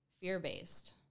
fear-based